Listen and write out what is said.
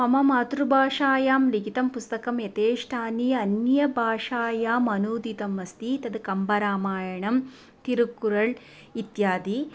मम मातृभाषायां लिखितं पुस्तकं यथेष्टानि अन्यभाषायाम् अनुवादितमस्ति तद् कम्बरामायणं तिरुक्कुरळ् इत्यादि